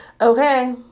Okay